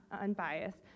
unbiased